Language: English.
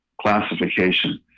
classification